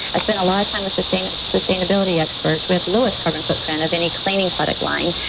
i spent a lot of time with sustainability sustainability experts with lowest carbon footprint of any cleaning product line.